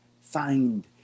find